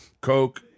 Coke